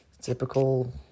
typical